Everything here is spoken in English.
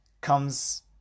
comes